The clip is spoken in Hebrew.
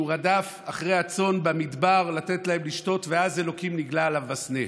שהוא רדף אחרי הצאן במדבר לתת להם לשתות ואז אלוקים נגלה אליו בסנה.